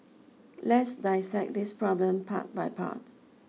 let's dissect this problem part by part